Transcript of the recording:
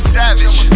savage